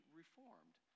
reformed